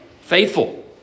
faithful